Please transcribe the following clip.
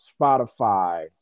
Spotify